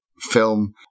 film